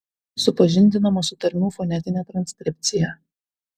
supažindinama su tarmių fonetine transkripcija